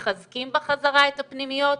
מחזקים בחזרה את הפנימיות?